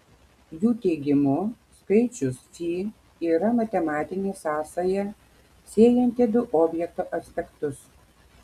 jų teigimu skaičius fi yra matematinė sąsaja siejanti du objekto aspektus